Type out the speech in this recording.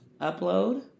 upload